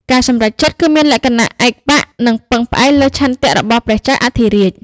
ការសម្រេចចិត្តគឺមានលក្ខណៈឯកបក្ស និងពឹងផ្អែកលើឆន្ទៈរបស់ព្រះចៅអធិរាជ។